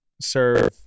serve